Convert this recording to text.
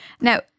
Now